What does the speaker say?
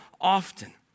often